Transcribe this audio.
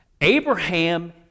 Abraham